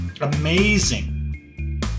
amazing